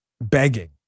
begging